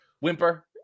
whimper